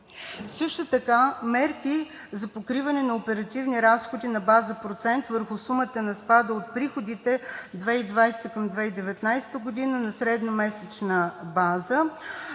Също така мерки за покриване на оперативни разходи на база процент върху сумата на спада от приходите 2020 г. към 2019 г. на средномесечна база,